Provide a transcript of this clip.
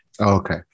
Okay